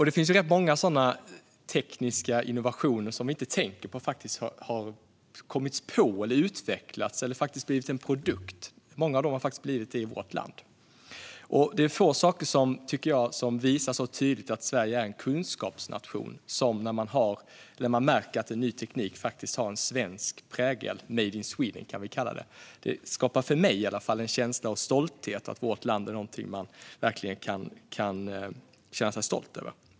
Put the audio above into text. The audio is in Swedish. Det finns rätt många sådana tekniska innovationer som vi inte tänker på har kommits på, utvecklats eller blivit en produkt i vårt land. Det är få saker som så tydligt visar att Sverige är en kunskapsnation som när man märker att en ny teknik har en svensk prägel, vi kan kalla det: Made in Sweden. Det skapar för mig en känsla av stolthet, att vårt land är någonting man verkligen kan känna sig stolt över.